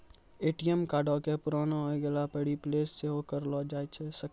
ATM कार्डो के पुराना होय गेला पे रिप्लेस सेहो करैलो जाय सकै छै